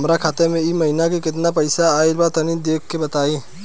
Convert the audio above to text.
हमरा खाता मे इ महीना मे केतना पईसा आइल ब तनि देखऽ क बताईं?